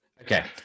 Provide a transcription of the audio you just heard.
Okay